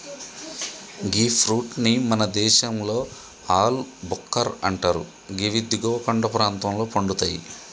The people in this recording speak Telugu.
గీ ఫ్రూట్ ని మన దేశంలో ఆల్ భుక్కర్ అంటరు గివి దిగువ కొండ ప్రాంతంలో పండుతయి